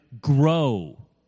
grow